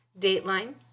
Dateline